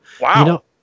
Wow